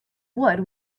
wood